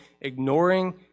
ignoring